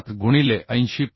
7 गुणिले 8 0